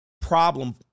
problem